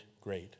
great